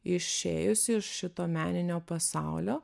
išėjusi iš šito meninio pasaulio